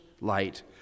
light